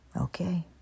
Okay